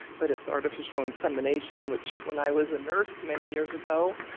but it's artificial insemination which, when i was a nurse many years ago,